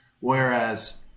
Whereas